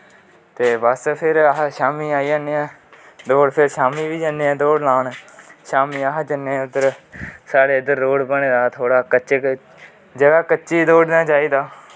ते बस फिर अस शाम्मी आई जन्ने आं दौड़ फिर शाम्मी बी जन्ने आं दौड़ लान शाम्मी अस जन्ने उध्दर साढ़े इध्दर रोड़बने दा थोह्ड़ा कच्चा जगा कच्ची दौड़नां चाही दा